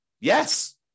Yes